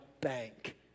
bank